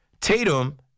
Tatum